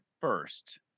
first